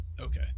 okay